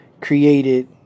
created